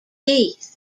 teeth